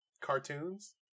cartoons